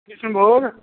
कृष्णभोग